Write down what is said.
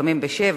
לפעמים ב-19:00,